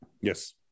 Yes